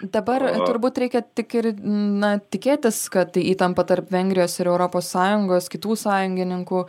dabar turbūt reikia tik ir na tikėtis kad įtampa tarp vengrijos ir europos sąjungos kitų sąjungininkų